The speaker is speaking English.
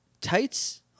tights